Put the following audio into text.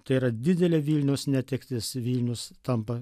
tai yra didelė vilniaus netektis vilnius tampa